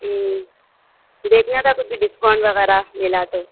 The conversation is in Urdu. ہوں دیکھنا تھا کچھ بھی ڈسکاؤنٹ وغیرہ ملا تو